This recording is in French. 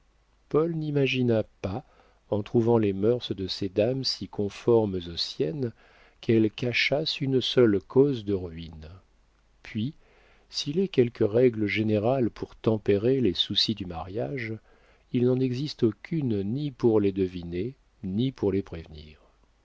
paul n'imagina pas en trouvant les mœurs de ces dames si conformes aux siennes qu'elles cachassent une seule cause de ruine puis s'il est quelques règles générales pour tempérer les soucis du mariage il n'en existe aucune ni pour les deviner ni pour les prévenir